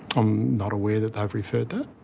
i'm not aware that they've referred that.